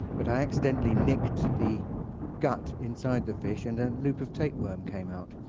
but i accidentally nicked the gut inside the fish and a loop of tapeworm came out.